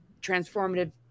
transformative